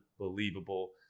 unbelievable